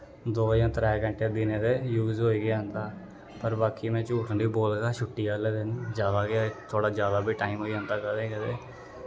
दो जां त्रै घैंटे दिनें दे यूस होई गै जंदा पर बाकी में झूठ निं बोलदा छुट्टी आह्ले दिन जादा गै थोह्ड़ा जादा बी टाईम होई जंदा कदें कदें